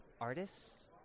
artists